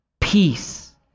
peace